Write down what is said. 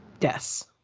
Yes